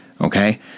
Okay